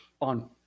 on